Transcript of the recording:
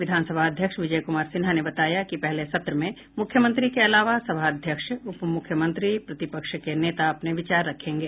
विधानसभा अध्यक्ष विजय कुमार सिन्हा ने बताया कि पहले सत्र में मुख्यमंत्री के अलावा सभाध्यक्ष उपमुख्यमंत्री प्रतिपक्ष के नेता अपने विचार रखेंगे